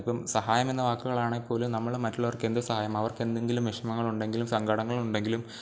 അതിപ്പം സഹായമെന്ന വാക്കുകളാണേപ്പോലും നമ്മൾ മറ്റുള്ളവർക്കെന്തു സഹായം അവർക്കെന്തെങ്കിലും വിഷമങ്ങളുണ്ടെങ്കിലും സങ്കടങ്ങളുണ്ടെങ്കിലും